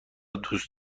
دوست